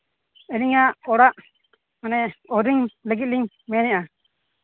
ᱟᱹᱞᱤᱧᱟᱜ ᱚᱲᱟᱜ ᱢᱟᱱᱮ ᱳᱭᱮᱨᱤᱝ ᱞᱟᱹᱜᱤᱫ ᱞᱤᱧ ᱢᱮᱱᱮᱫᱼᱟ